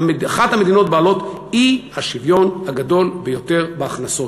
אחת המדינות בעלות האי-שוויון הגדול ביותר בהכנסות.